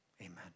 Amen